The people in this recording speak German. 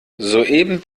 soeben